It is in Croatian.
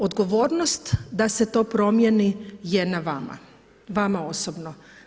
Odgovornost da se to promijeni je na vama, vama osobno.